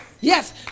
Yes